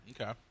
Okay